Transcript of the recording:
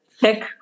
pick